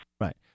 Right